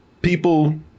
people